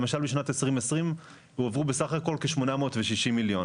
למשל, בשנת 2020, הועברו בסך הכול כ-860 מיליון